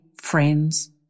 friends